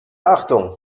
achtung